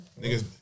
Niggas